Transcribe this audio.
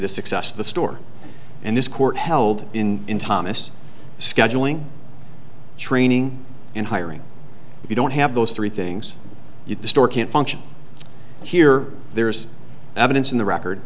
the success of the store and this court held in in thomas scheduling training and hiring if you don't have those three things you distort can't function here there's evidence in the record